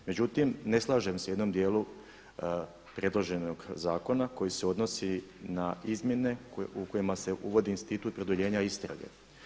Međutim ne slažem se u jednom dijelu predloženog zakona koji se odnosi na izmjene u kojima se uvodi institut produljenja istrage.